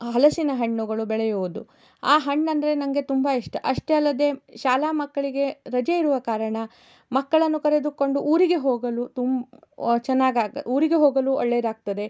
ಹಲಸಿನ ಹಣ್ಣುಗಳು ಬೆಳೆಯುವುದು ಆ ಹಣ್ಣಂದರೆ ನಂಗೆ ತುಂಬ ಇಷ್ಟ ಅಷ್ಟೇ ಅಲ್ಲದೇ ಶಾಲಾ ಮಕ್ಕಳಿಗೆ ರಜೆ ಇರುವ ಕಾರಣ ಮಕ್ಕಳನ್ನು ಕರೆದುಕೊಂಡು ಊರಿಗೆ ಹೋಗಲು ತುಮ್ ಚೆನ್ನಾಗಾಗ್ ಊರಿಗೆ ಹೋಗಲು ಒಳ್ಳೆದಾಗ್ತದೆ